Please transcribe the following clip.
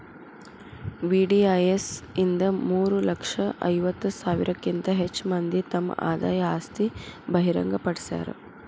VDIS ಇಂದ ಮೂರ ಲಕ್ಷ ಐವತ್ತ ಸಾವಿರಕ್ಕಿಂತ ಹೆಚ್ ಮಂದಿ ತಮ್ ಆದಾಯ ಆಸ್ತಿ ಬಹಿರಂಗ್ ಪಡ್ಸ್ಯಾರ